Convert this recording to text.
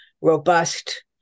robust